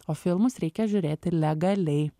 o filmus reikia žiūrėti legaliai